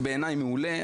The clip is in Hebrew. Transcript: בעיניי זה פרויקט מעולה,